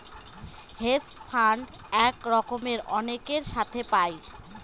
hedge fund এক রকমের অনেকের সাথে পায়